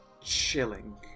chilling